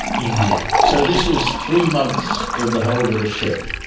india so this is three months in the hold of a ship,